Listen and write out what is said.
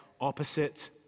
opposite